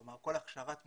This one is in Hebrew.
כלומר כל הכשרת המורים,